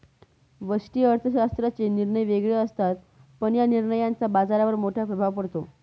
व्यष्टि अर्थशास्त्राचे निर्णय वेगळे असतात, पण या निर्णयांचा बाजारावर मोठा प्रभाव पडतो